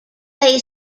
play